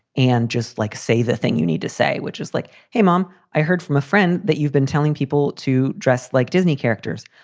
and just like, say the thing you need to say, which is like, hey, mom, i heard from a friend that you've been telling people to dress like disney characters.